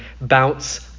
bounce